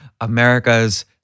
America's